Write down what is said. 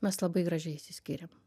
mes labai gražiai išsiskyrėm